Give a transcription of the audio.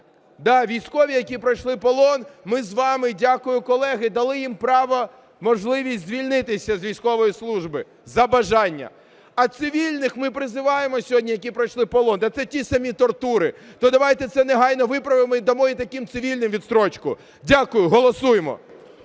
да, військові, які пройшли полон. Ми з вами, дякую, колеги, дали їм право, можливість звільнитися з військової служби за бажанням. А цивільних при призиваємо сьогодні, які пройшли полон, – та це ті самі тортури. То давайте це негайно виправимо і дамо й таким цивільним відстрочку. Дякую. Голосуємо!